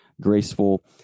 graceful